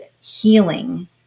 healing